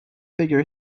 figure